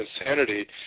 insanity